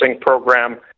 program